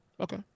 Okay